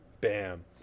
Bam